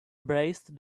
braced